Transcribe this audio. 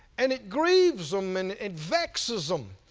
and it grieves them and it vexes them.